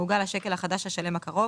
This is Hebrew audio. מעוגל לשקל החדש השלם הקרוב.".